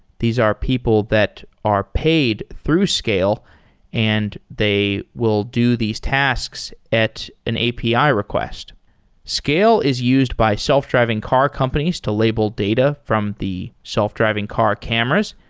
these are people that are paid through scale and they will do these tasks at an api request scale is used by self-driving car companies to label data from the self-driving car cameras.